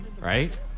Right